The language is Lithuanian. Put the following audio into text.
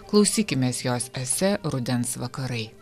klausykimės jos ese rudens vakarai